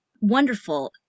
wonderful